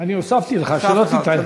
אני הוספתי לך, שלא תטעה.